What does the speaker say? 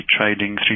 trading